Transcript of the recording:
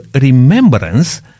remembrance